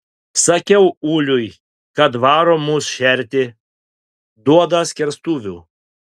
sakiau uliui kad varo mus šerti duoda skerstuvių